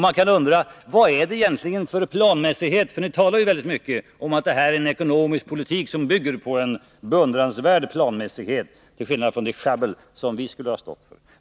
Man kan undra vad detta är för planmässighet, för ni talar ju väldigt mycket om att ni för en ekonomisk politik som bygger på en beundrandsvärd planmässighet till skillnad från det ”sjabbel” som vi skulle stå för.